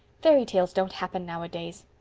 fairy tales don't happen nowadays.